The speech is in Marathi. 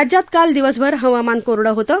राज्यात काल दिवसभर हवामान कोरडं होतं